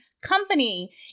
company